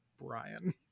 Brian